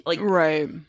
Right